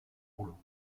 rouleaux